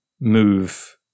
move